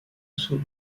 soul